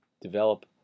develop